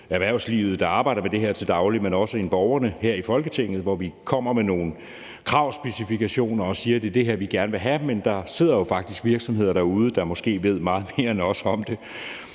der arbejder med det her til daglig, men også borgerne, her i Folketinget, hvor vi kommer med nogle kravspecifikationer og siger, at det er det her, vi gerne vil have. Men der er jo faktisk virksomheder derude, der måske ved meget mere end os om det